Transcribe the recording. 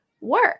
work